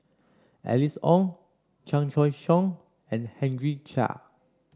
Alice Ong Chan Choy Siong and Henry Chia